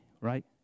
right